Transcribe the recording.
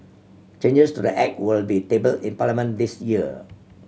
changes to the Act will be table in Parliament this year